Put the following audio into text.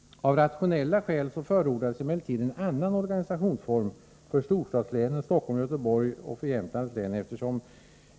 Av rationella skäl förordas-emellertid:en annan organisationsformiför, storstadslänenin Stockholm och. Göteborg -.och för Jämtlands, län.